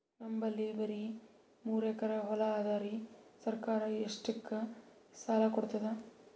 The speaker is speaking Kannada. ನಮ್ ಬಲ್ಲಿ ಬರಿ ಮೂರೆಕರಿ ಹೊಲಾ ಅದರಿ, ಸರ್ಕಾರ ಇಷ್ಟಕ್ಕ ಸಾಲಾ ಕೊಡತದಾ?